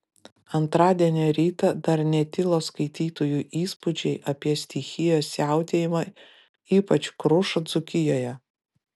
antradienio rytą dar netilo skaitytojų įspūdžiai apie stichijos siautėjimą ypač krušą dzūkijoje